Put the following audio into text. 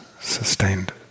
sustained